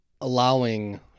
allowing